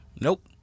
Nope